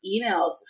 emails